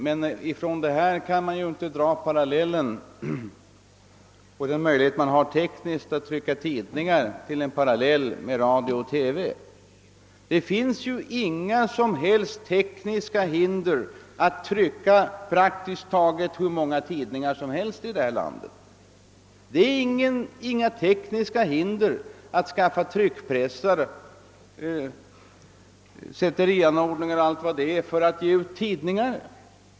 Men av detta kan man inte dra parallellen mellan den möjlighet man har tekniskt att trycka tidningar och möjligheten att sända radio och TV. Det finns inga som helst tekniska hinder att trycka praktiskt taget hur många tidningar som helst här i landet. Det är inga tekniska hinder att skaffa tryckpressar, sätterianordningar o.s.v. för att ge ut tidningar.